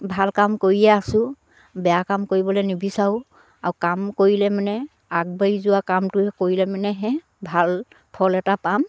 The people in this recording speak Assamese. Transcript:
ভাল কাম কৰিয়ে আছোঁ বেয়া কাম কৰিবলে নিবিচাৰো আৰু কাম কৰিলে মানে আগবাঢ়ি যোৱা কামটোৱে কৰিলে মানেহে ভাল ফল এটা পাম